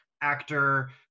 actor